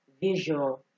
visual